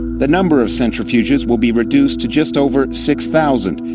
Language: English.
the number of centrifuges will be reduced to just over six thousand,